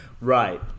Right